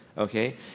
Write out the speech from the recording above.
Okay